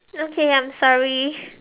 okay I'm sorry